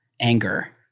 anger